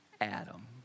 Adam